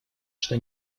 что